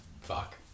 fuck